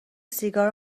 سیگار